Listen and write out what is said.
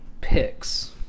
picks